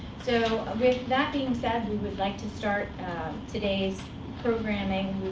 so with that being said, we would like to start today's programming.